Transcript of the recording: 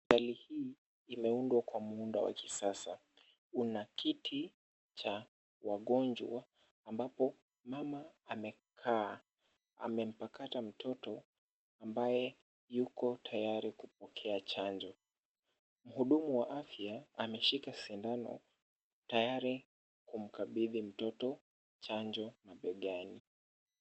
Hospitali hii imeundwa kwa muundo wa kisasa , Kuna kiti cha wagonjwa ambapo mama amekaa , amempakata mtoto ambaye yuko tayari kupokea chanjo , mhudumu wa afya ameshika sindano tayari kumkabidhi mtoto chanjo mabegani.